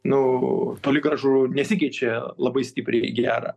nu toli gražu nesikeičia labai stipriai į gera